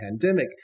pandemic